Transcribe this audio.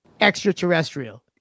extraterrestrial